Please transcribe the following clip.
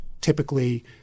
typically